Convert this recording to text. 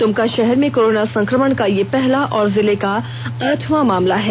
दुमका शहर में कोराना संक्रमण का यह पहला और जिले का आठवां मामला है